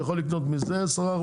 הוא יכול לקנות מזה 10%,